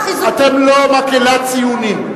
אתם לא מקהלת ציונים.